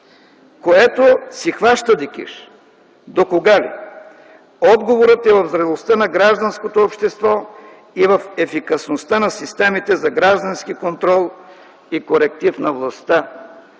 което си хваща дикиш. Докога ли? Отговорът е в зрелостта на гражданското общество и в ефикасността на системите за граждански контрол и коректив на властта,